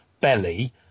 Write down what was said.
belly